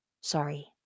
Sorry